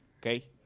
okay